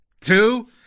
two